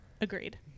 Agreed